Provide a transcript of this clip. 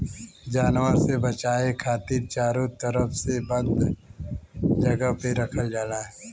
जानवर से बचाये खातिर चारो तरफ से बंद जगह पे रखल जाला